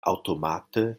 aŭtomate